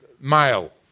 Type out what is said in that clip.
male